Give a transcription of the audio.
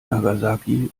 nagasaki